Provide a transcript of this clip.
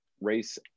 race